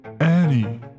Annie